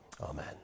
Amen